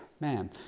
Man